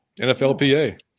NFLPA